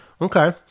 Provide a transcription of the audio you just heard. Okay